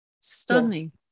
stunning